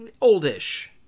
oldish